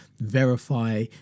verify